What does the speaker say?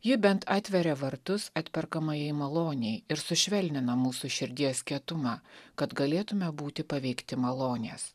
ji bent atveria vartus atperkamajai malonei ir sušvelnina mūsų širdies kietumą kad galėtume būti paveikti malonės